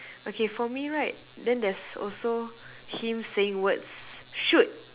okay for me right then there's also him saying words shoot